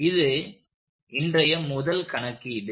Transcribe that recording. இது இன்றைய முதல் கணக்கீடு